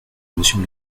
monsieur